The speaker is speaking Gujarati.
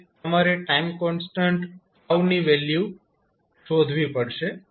હવે તમારે ટાઈમ કોન્સ્ટન્ટ ની વેલ્યુ શોધવી પડશે